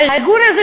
הארגון הזה,